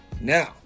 Now